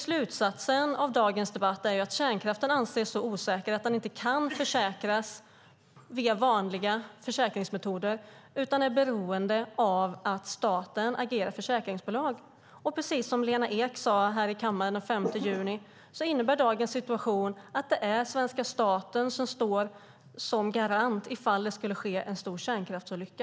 Slutsatsen av dagens debatt är att kärnkraften anses så osäker att den inte kan försäkras med vanliga försäkringsmetoder utan är beroende av att staten agerar försäkringsbolag. Som Lena Ek sade här i kammaren den 5 juni innebär dagens situation att det är svenska staten som står som garant ifall det skulle ske en stor kärnkraftsolycka.